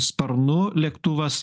sparnu lėktuvas